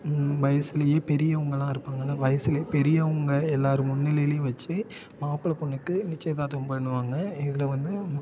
வயசுலியே பெரியவர்கள்லாம் இருப்பாங்கள்லே வயசுலியே பெரியவங்கள் எல்லாேர் முன்னிலையிலும் வெச்சு மாப்பிள்ளை பொண்ணுக்கு நிச்சயதார்த்தம் பண்ணுவாங்க இதில் வந்து